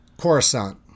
Coruscant